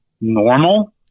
normal